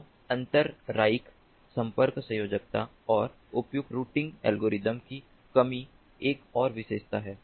तो आंतरायिक संपर्क संयोजकता और उपयुक्त रूटिंग एल्गोरिदम की कमी एक और विशेषता है